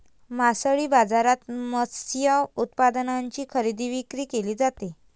मासळी बाजारात मत्स्य उत्पादनांची खरेदी विक्री केली जाते